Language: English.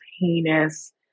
heinous